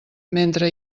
mentre